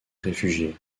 réfugiés